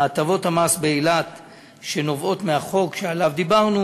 הטבות המס באילת שנובעות מהחוק שעליו דיברנו